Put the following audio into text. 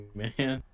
man